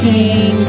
King